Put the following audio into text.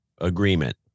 Agreement